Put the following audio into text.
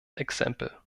exempel